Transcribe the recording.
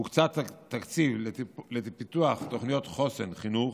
הוקצה תקציב לפיתוח תוכניות חוסן חינוך,